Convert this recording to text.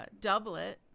doublet